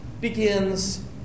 begins